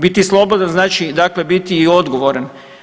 Biti slobodan znači dakle biti i odgovoran.